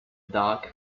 dark